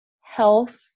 health